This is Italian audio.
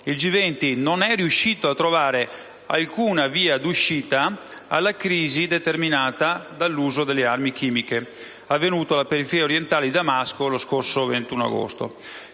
Il G20 non è riuscito a trovare alcuna via d'uscita alla crisi determinata dall'uso delle armi chimiche lo scorso 21 agosto alla periferia orientale di Damasco. Come Gruppo